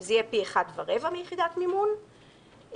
זה יהיה פי 1.25 מיחידת מימון,